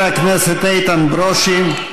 אם היה זמן הייתי מדברת גם על זה.